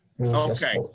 Okay